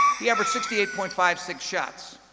he averaged sixty eight point five six shots.